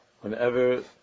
whenever